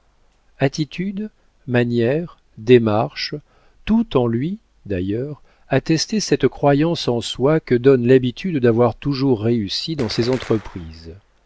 attitude manières démarche tout en lui d'ailleurs attestait cette croyance en soi que donne l'habitude d'avoir toujours réussi dans ses entreprises